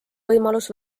võimalus